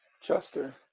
chester